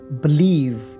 Believe